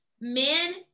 men